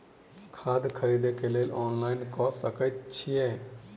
खाद खरीदे केँ लेल ऑनलाइन कऽ सकय छीयै?